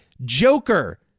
Joker